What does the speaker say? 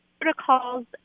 protocols